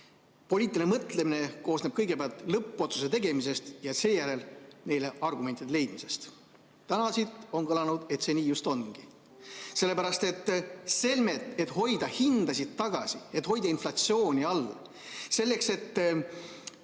poliitiline mõtlemine koosneb kõigepealt lõppotsuse tegemisest ja seejärel neile argumentide leidmisest. Täna on siit kõlanud, et see nii just ongi. Sellepärast, et selmet hoida hindasid tagasi, et hoida inflatsiooni all, selleks et